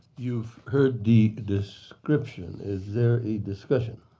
you've heard the description. is there a discussion?